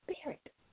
spirit